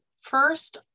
first